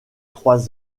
trois